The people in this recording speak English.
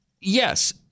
Yes